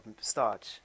starch